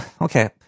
okay